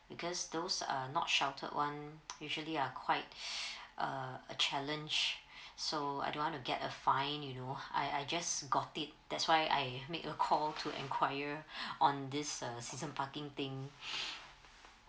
because those uh not sheltered one usually are quite uh a challenge so I don't wanna get a fine you know I I just got it that's why I make a call to enquire on this uh season parking thing